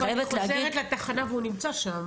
אבל היא חוזרת לתחנה והוא נמצא שם?